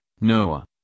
Noah